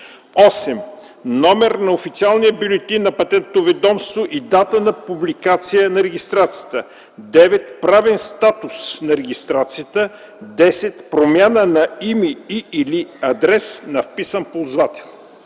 8. номер на официалния бюлетин на Патентното ведомство и дата на публикация на регистрацията; 9. правен статус на регистрацията; 10. промяна на име и/или адрес на вписван ползвател.”